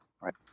right